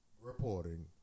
reporting